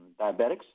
diabetics